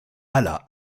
alla